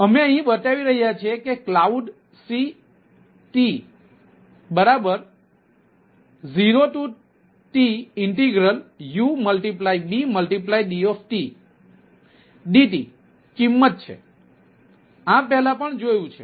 તેથી અમે અહીં બતાવી રહ્યા છીએ ક્લાઉડ CT0TUBDdt કિંમત છે અમે આ પહેલાં પણ જોયું છે